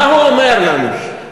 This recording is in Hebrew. מה הוא אומר לנו?